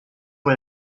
por